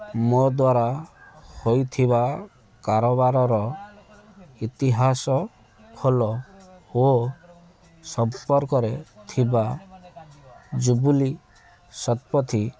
ମୋ ଦ୍ୱାରା ହୋଇଥିବା କାରବାରର ଇତିହାସ ଖୋଲ ଓ ସମ୍ପର୍କରେ ଥିବା ଜୁବୁଲି ଶତପଥୀ